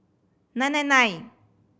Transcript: nine nine nine